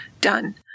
done